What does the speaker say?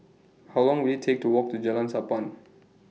How Long Will IT Take to Walk to Jalan Sappan